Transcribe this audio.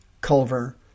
Culver